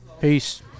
Peace